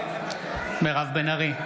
נגד מירב בן ארי,